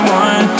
one